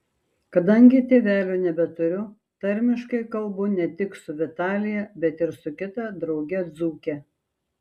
kadangi tėvelių nebeturiu tarmiškai kalbu ne tik su vitalija bet ir su kita drauge dzūke